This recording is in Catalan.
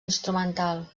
instrumental